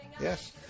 Yes